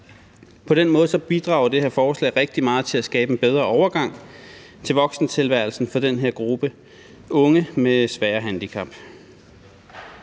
På den måde bidrager det her forslag rigtig meget til at skabe en bedre overgang til voksentilværelsen for den her gruppe unge med svære handicap.